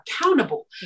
accountable